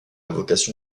vocation